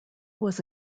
was